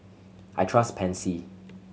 I trust Pansy